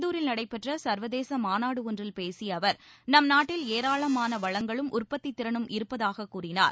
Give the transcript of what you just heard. இந்தூரில் நடைபெற்ற சர்வதேச மாநாடு ஒன்றில் பேசிய அவர் நம்நாட்டில் ஏராளமான வளங்களும் உற்பத்தித் திறனும் இருப்பதாகக் கூறினார்